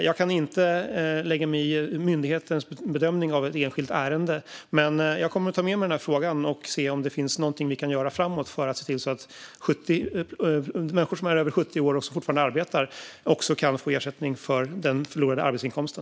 Jag kan inte lägga mig i myndighetens bedömning av ett enskilt ärende, men jag kommer att ta med mig frågan och se om det finns någonting vi kan göra framåt för att se till att också människor som är över 70 år och som fortfarande arbetar kan få ersättning för den förlorade arbetsinkomsten.